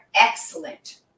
excellent